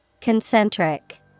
Concentric